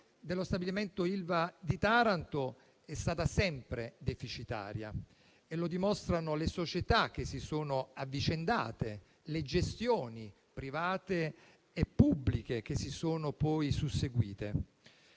dello stabilimento Ilva di Taranto è stata sempre deficitaria e lo dimostrano le società che si sono avvicendate, le gestioni private e pubbliche che si sono susseguite: